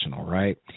right